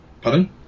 Pardon